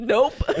Nope